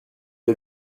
est